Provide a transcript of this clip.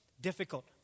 difficult